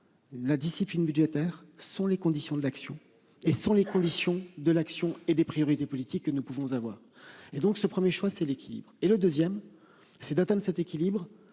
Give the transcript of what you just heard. La discipline budgétaire sont les conditions de l'action et ce sont les conditions de l'action et des priorités politiques que nous pouvons avoir et donc ce 1er choix c'est l'équilibre et le 2ème. C'est atteinte cet équilibre